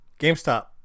GameStop